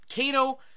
Kano